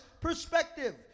perspective